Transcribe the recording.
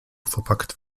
verpackt